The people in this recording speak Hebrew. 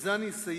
ובזה אני מסיים,